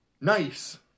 Nice